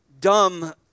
dumb